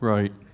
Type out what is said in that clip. Right